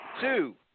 two